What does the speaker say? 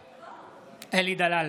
בעד אלי דלל,